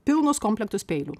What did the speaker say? pilnus komplektus peilių